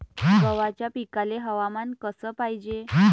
गव्हाच्या पिकाले हवामान कस पायजे?